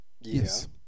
yes